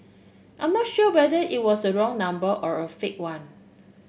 I'm not sure whether it was a wrong number or a fake one